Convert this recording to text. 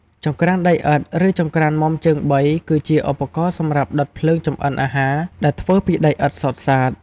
ចង្ក្រានដីឥដ្ឋ ឬ ចង្ក្រានមុំជើងបី គឺជាឧបករណ៍សម្រាប់ដុតភ្លើងចម្អិនអាហារដែលធ្វើពីដីឥដ្ឋសុទ្ធសាធ។